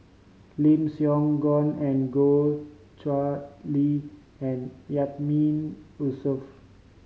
Lim Siong Guan and Goh Chiew Lye and Yatiman Yusof